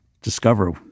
discover